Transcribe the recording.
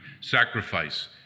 sacrifice